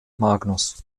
magnus